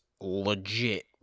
legit